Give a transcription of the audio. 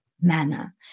manner